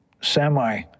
semi